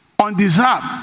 undeserved